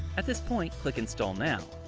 at this point, click install now.